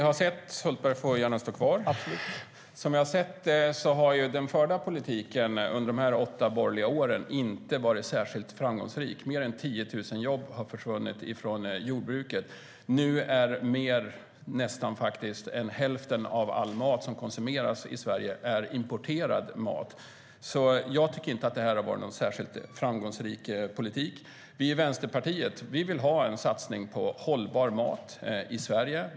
Herr talman! Som vi har sett har den förda politiken under de åtta borgerliga åren inte varit särskilt framgångsrik. Mer än 10 000 jobb har försvunnit från jordbruket. Nu är nästan hälften av all mat som konsumeras i Sverige importerad. Jag tycker inte att det har varit någon särskilt framgångsrik politik. Vi i Vänsterpartiet vill ha en satsning på "hållbar" mat i Sverige.